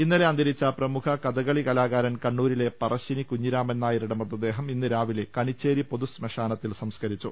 ഇന്നലെ അന്തരിച്ച പ്രമുഖ കഥകളി കലാകാരൻ കണ്ണൂരിലെ പറശ്ശിനി കുഞ്ഞിരാമൻ നായരുടെ മൃതദേഹം ഇന്ന് രാവിലെ കണി ച്ചേരി പൊതുശ്മശാനത്തിൽ സംസ്കരിച്ചു